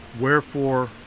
wherefore